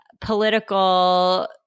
political